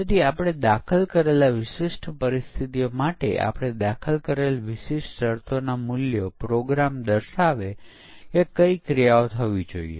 તેથી એક ખૂબ જ અગત્યનો ફાયદો એ છે કે તે વિકાસના લાઇફ સાયકલ માં પરીક્ષણ પ્રવૃત્તિ ફેલાયેલી છે